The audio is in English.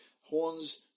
horns